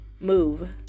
move